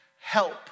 help